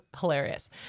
Hilarious